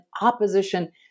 opposition